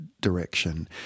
direction